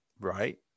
right